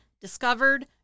discovered